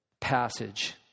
passage